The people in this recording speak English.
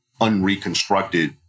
unreconstructed